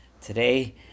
Today